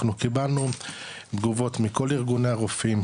אנחנו קיבלנו תגובות מכל ארגוני הרופאים,